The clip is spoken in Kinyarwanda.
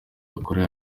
akorera